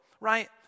right